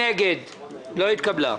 לא נתקבלה.